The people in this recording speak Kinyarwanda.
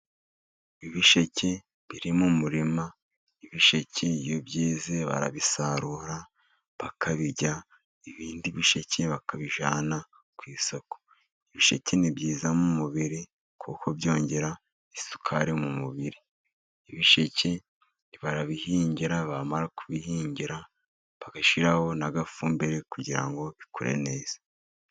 Ibisheke biri mu murima, ibisheke iyo byeze barabisarura bakabirya, ibindi bisheke bakabijyana ku isoko. Ibisheke ni byiza mu mubiri, kuko byongera isukari mu mubiri. Ibishike barabihingira, bamara kubihingira bagashyiraho n'agafumbire kugira ngo bikure neza.